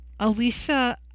alicia